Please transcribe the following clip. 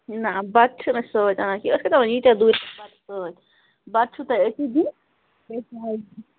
نہ بَتہٕ چھِنہٕ أسۍ سۭتۍ انان کینٛہہ أسۍ کَتہ انو ییٖتیٚہ دوٗرِ پٮ۪ٹھ بَتہٕ سۭتۍ بَتہ چھو تۄہہِ أتی دیُن